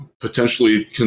potentially